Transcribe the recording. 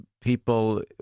people